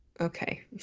Okay